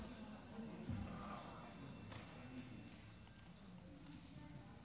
חוק התקנים (תיקון מס'